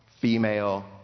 female